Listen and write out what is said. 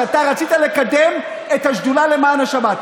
שאתה רצית לקדם את השדולה למען השבת?